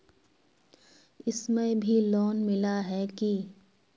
इसमें भी लोन मिला है की